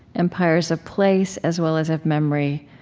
empires of place as well as of memory,